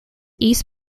east